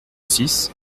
six